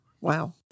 Wow